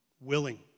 willing